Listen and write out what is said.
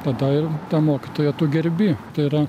tada ir tą mokytoją tu gerbi tai yra